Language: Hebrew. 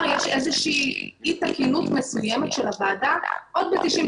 יש איזה שהיא אי תקינות מסוימת של הוועדה עוד ב-98'